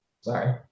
sorry